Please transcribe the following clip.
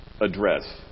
address